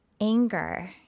anger